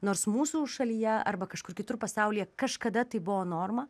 nors mūsų šalyje arba kažkur kitur pasaulyje kažkada tai buvo norma